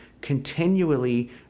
continually